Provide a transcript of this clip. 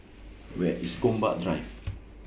Where IS Gombak Drive